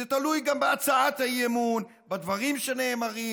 זה תלוי גם בהצעת האי-אמון, בדברים שנאמרים.